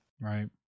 Right